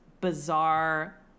bizarre